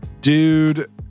Dude